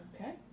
Okay